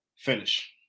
finish